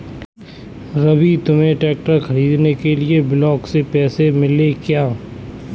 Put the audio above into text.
रवि तुम्हें ट्रैक्टर खरीदने के लिए ब्लॉक से पैसे मिले क्या?